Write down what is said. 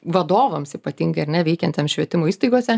vadovams ypatingai ar ne veikiantiems švietimo įstaigose